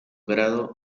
grado